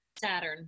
Saturn